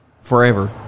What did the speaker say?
forever